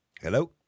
Hello